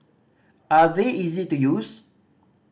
are they easy to use